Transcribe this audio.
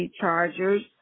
chargers